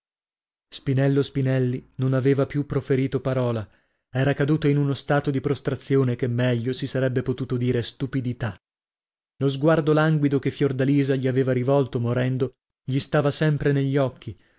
spinello spinelli non aveva più proferito parola era caduto in uno stato di prostrazione che meglio si sarebbe potuto dire stupidità lo sguardo languido che fiordalisa gli aveva rivolto morendo gli stava sempre negli occhi